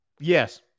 Yes